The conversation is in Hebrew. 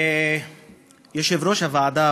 יושב-ראש הוועדה,